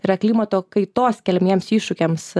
yra klimato kaitos keliamiems iššūkiams